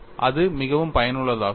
அது மிகவும் பயனுள்ளதாக இருக்கும்